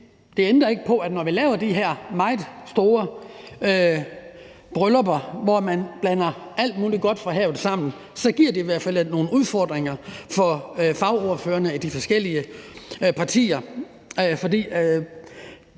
det ændrer ikke på, at når vi laver de her meget store bryllupper, hvor man blander alt muligt godt fra havet sammen, så giver det i hvert fald nogle udfordringer for fagordførerne i de forskellige partier.